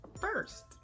first